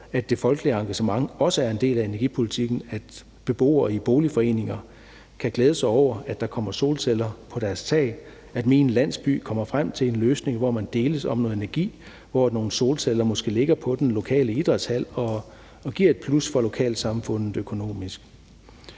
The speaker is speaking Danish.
at det folkelige engagement også er en del af energipolitikken; at beboere i boligforeninger kan glæde sig over, at der kommer solceller på deres tag; at min landsby kommer frem til en løsning, hvor man deles om noget energi, hvor nogle solceller måske ligger på den lokale idrætshal og bliver et plus for lokalsamfundet økonomisk.